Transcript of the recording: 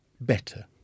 better